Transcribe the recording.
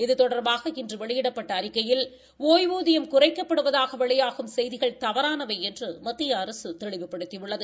இது தொடர்பாக இன்று வெளியிடப்பட்ட அறிக்கையில் ஒய்வூதியம் குறைக்கப்படுவதாக வெளியாகும் செய்திகள் தவறானவை என்று மத்திய அரசு தெளிவுபடுத்தியுள்ளது